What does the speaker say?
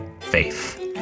Faith